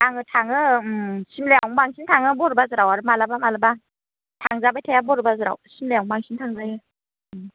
आङो थाङो उम सिमलायावनो बांसिन थाङो बर' बाजाराव आरो मालाबा मालाबा थांजाबाय थाया बर' बाजाराव सिमलायावनो बांसिन थांजायो